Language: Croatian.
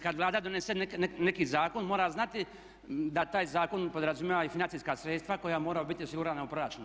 Kad Vlada donese neki zakon mora znati da taj zakon podrazumijeva i financijska sredstva koja moraju biti osigurana u proračunu.